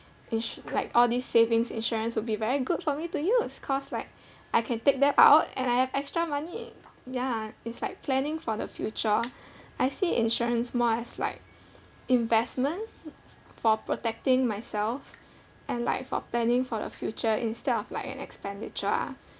ins~ like all these savings insurance would be very good for me to use cause like I can take that out and I have extra money ya it's like planning for the future I see insurance more as like investment for protecting myself and like for planning for the future instead of like an expenditure ah